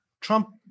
Trump